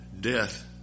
death